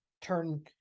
turn